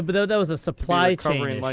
but that was a supply chain like